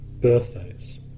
birthdays